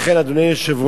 לכן, אדוני היושב-ראש,